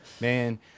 man